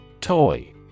Toy